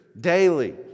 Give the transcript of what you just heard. Daily